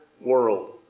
world